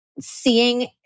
seeing